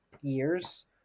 years